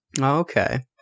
Okay